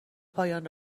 پایان